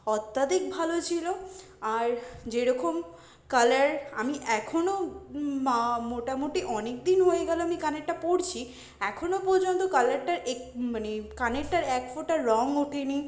অত্যাধিক ভালো ছিলো আর যেরকম কালার আমি এখনো মা মোটামোটি অনেক দিন অনেক দিন হয়ে গেলো আমি কানেরটা পরছি এখনো পর্যন্ত কালারটার এক মানে কানেরটার এক ফোঁটা রঙ ওঠে নি